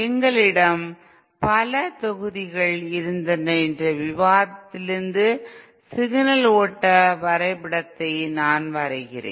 எங்களிடம் பல தொகுதிகள் இருந்தன என்ற விவாதத்திலிருந்து சிக்னல் ஓட்ட வரைபடத்தை நான் வரைகிறேன்